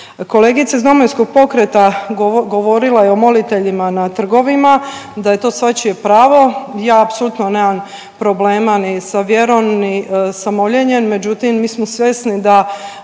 Kolegica iz DP-a govorila je o moliteljima na trgovima, da je to svačije pravo. Ja apsolutno nemam problema ni sa vjerom ni sa moljenjem međutim mi smo svjesni da